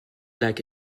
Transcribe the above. like